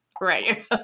right